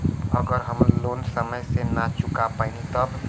अगर हम लोन समय से ना चुका पैनी तब?